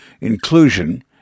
inclusion